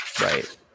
right